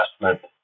investment